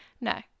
no